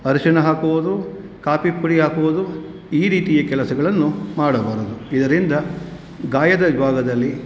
ಅರಿಶಿಣ ಹಾಕುವುದು ಕಾಪಿಪುಡಿ ಹಾಕುವುದು ಈ ರೀತಿಯ ಕೆಲಸಗಳನ್ನು ಮಾಡಬಾರದು ಇದರಿಂದ ಗಾಯದ ಭಾಗದಲ್ಲಿ